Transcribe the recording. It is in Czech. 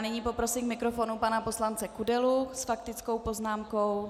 Nyní poprosím k mikrofonu pana poslance Kudelu s faktickou poznámkou.